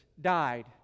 died